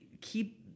keep